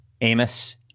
amos